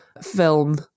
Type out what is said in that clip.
film